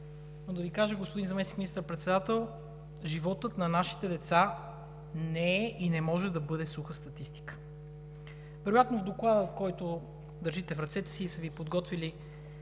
Но да Ви кажа, господин Заместник министър-председател, животът на нашите деца не е и не може да бъде суха статистика! Вероятно в доклада, който държите в ръцете си и са Ви подготвили